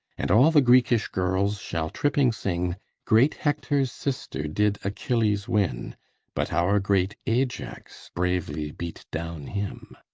and all the greekish girls shall tripping sing great hector's sister did achilles win but our great ajax bravely beat down him